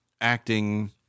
acting